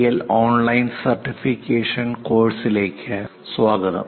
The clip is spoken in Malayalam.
എൽ ഓൺലൈൻ സർട്ടിഫിക്കേഷൻ കോഴ്സുകളിലേക്ക് സ്വാഗതം